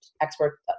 expert